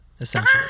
essentially